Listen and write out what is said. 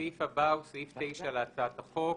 הסעיף הבא הוא סעיף 9 להצעת החוק.